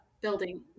building